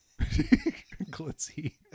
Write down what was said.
Glitzy